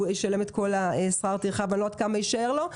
ישלם את כל ההוצאות שהיו לו ואני לא יודעת כמה יישאר לו.